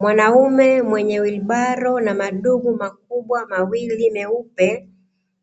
Mwanaume mwenye toroli na madumu makubwa mawili meupe,